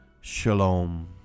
Shalom